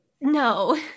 No